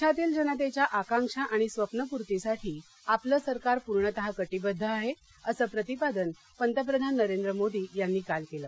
देशातील जनतेच्या आकांक्षा आणि स्वप्नपूर्तीसाठी आपलं सरकार पूर्णतः कटिबद्ध आहे असं प्रतिपादन पंतप्रधान नरेंद्र मोदी यांनी काल केलं